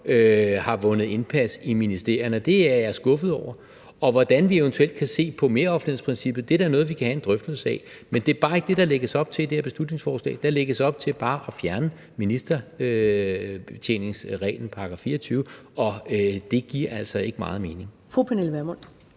har vundet indpas i ministerierne. Det er jeg skuffet over, og hvordan vi eventuelt kan se på meroffentlighedsprincippet, er da noget, vi skal have en drøftelse af. Men det er bare ikke det, der lægges op til i det her beslutningsforslag. Der lægges op til bare at fjerne ministerbetjeningsreglen, § 24, og det giver altså ikke meget mening. Kl. 16:39 Første